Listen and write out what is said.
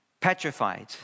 petrified